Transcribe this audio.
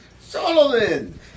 Solomon